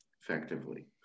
effectively